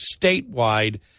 Statewide